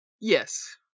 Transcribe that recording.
Yes